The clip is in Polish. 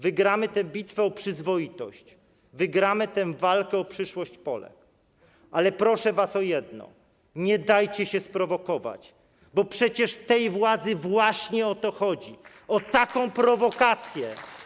Wygramy tę bitwę o przyzwoitość, wygramy tę walkę o przyszłość Polek, ale proszę was o jedno: nie dajcie się sprowokować, bo przecież tej władzy właśnie o to chodzi, o taką prowokację.